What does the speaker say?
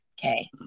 okay